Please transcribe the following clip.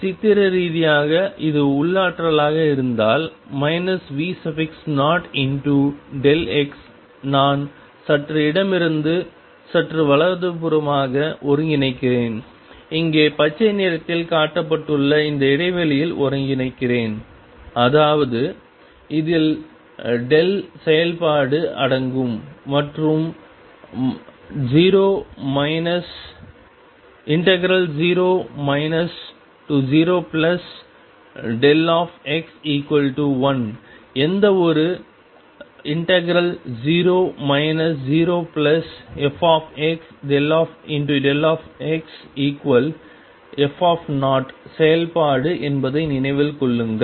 சித்திர ரீதியாக இது உள்ளாற்றலாக இருந்தால் V0δ நான் சற்று இடமிருந்து சற்று வலதுபுறமாக ஒருங்கிணைக்கிறேன் இங்கே பச்சை நிறத்தில் காட்டப்பட்டுள்ள இந்த இடைவெளியில் ஒருங்கிணைக்கிறேன் அதாவது இதில் செயல்பாடு அடங்கும் மற்றும் 0 0x1 எந்தவொரு 0 0fδxf செயல்பாடு என்பதை நினைவில் கொள்ளுங்கள்